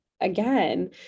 again